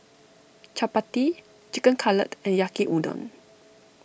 Chapati Chicken Cutlet and Yaki Udon